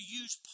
use